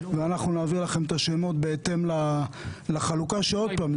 ואנחנו נעביר לכם את השמות בהתאם לחלוקה שעוד פעם,